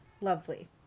lovely